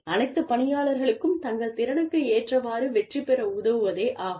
அனைத்து பணியாளர்களும் தங்கள் திறனுக்கு ஏற்றவாறு வெற்றிபெற உதவுவதே ஆகும்